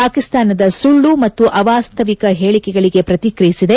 ಪಾಟ್ವಾನದ ಸುಳ್ಲು ಮತ್ತು ಅವಾಸ್ತವಿಕ ಹೇಳಿಕೆಗಳಿಗೆ ಪ್ರತಿಕ್ರಿಯಿಸಿದೆ